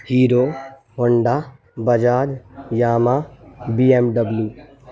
Hero Honda Bajaj Yamaha BMW